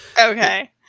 Okay